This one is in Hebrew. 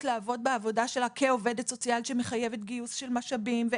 לעבוד בעבודה שלה כעובדת סוציאלית שמחייבת גיוס של משאבים.